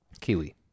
Kiwi